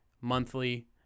monthly